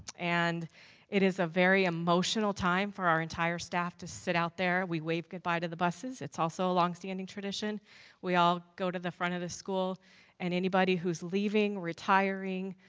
and it is a very emotional time for our entire staff to sit out there. we waive goodbye to the buses. it's also a long standing tradition we all go to the front of the school an anybody who's leaving, retiring,